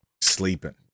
Sleeping